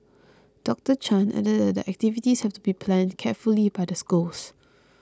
Doctor Chan added that the activities have to be planned carefully by the schools